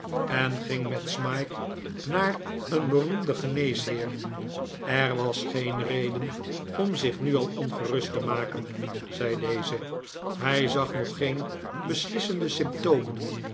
en ging met smike naar een beroemden geneesheer er was geen reden om zich nu al ongerust te maken zei deze hij zag nog geen beslissende symptomen